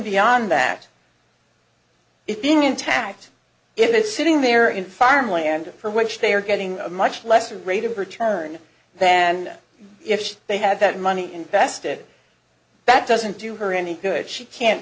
intact if it's sitting there in farmland for which they are getting a much lesser rate of return than if they had that money invested that doesn't do her any good she can't